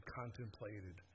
contemplated